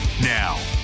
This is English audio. Now